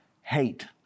hate